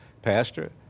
pastor